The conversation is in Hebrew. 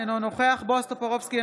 אינו נוכח בועז טופורובסקי,